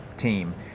Team